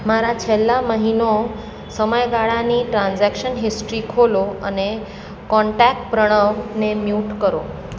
મારા છેલ્લા મહિનો સમયગાળાની ટ્રાન્ઝેક્શન હિસ્ટ્રી ખોલો અને કોન્ટેક્ટ પ્રણવને મ્યુટ કરો